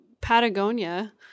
Patagonia